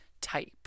type